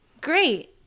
great